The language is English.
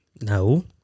No